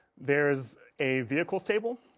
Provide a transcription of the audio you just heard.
there's a vehicle's table